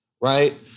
right